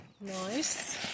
Nice